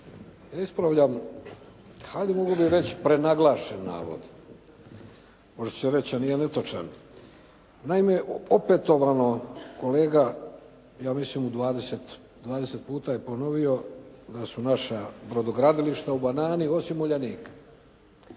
Ispravljam, hajde mogao bih reći prenaglašen navod, može se reći a nije netočan. Naime opetovano kolega ja mislim u 20, 20 puta je ponovio da su naša brodogradilišta u banani osim Uljanik.